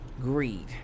Greed